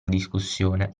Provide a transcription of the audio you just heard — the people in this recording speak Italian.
discussione